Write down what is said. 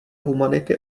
humanity